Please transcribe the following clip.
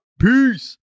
Peace